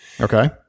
Okay